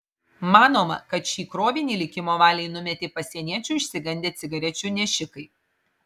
manoma kad šį krovinį likimo valiai numetė pasieniečių išsigandę cigarečių nešikai